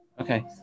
Okay